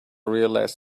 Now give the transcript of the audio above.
realize